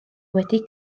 wedi